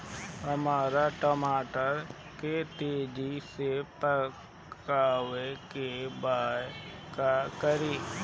हमरा टमाटर के तेजी से पकावे के बा का करि?